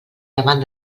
davant